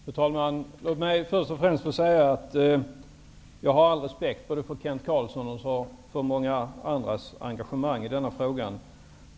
Fru talman! Låt mig först och främst säga att jag har all respekt för Kent Carlsson och andras engagemang i denna fråga.